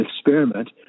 experiment